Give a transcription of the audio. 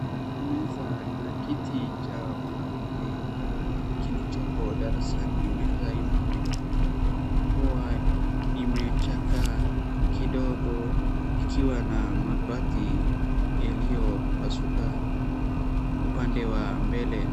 Meza na kiti cha mwanafunzi kilichopo darasani, meza inaonekana kuwa imechakaa kidogo ikiwa na mabati yaliyopasuka upande wa mbele.